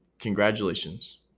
Congratulations